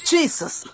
Jesus